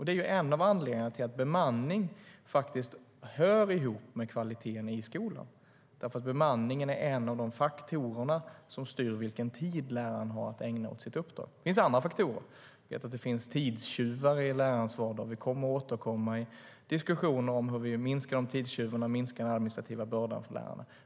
Det är en av anledningarna till att bemanning hör ihop med kvaliteten i skolan. Bemanningen är en av de faktorer som styr vilken tid läraren har att ägna åt sitt uppdrag. Det finns också andra faktorer. Det finns tidstjuvar i lärarens vardag. Vi kommer att återkomma till diskussioner om hur vi kan minska tidstjuvarna och minska den administrativa bördan för lärarna.